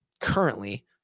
currently